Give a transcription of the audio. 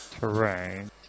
terrain